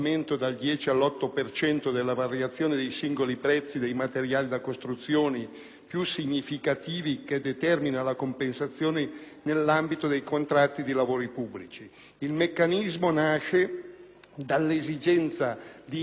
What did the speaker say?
più significativi che determinano la compensazione nell'ambito dei contratti di lavori pubblici. Il meccanismo nasce dall'esigenza di intervenire sugli squilibri contrattuali che si sono verificati nel 2008